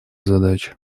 задач